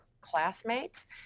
classmates